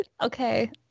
Okay